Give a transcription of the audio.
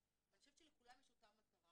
ואני חושבת שלכולם יש את אותה מטרה.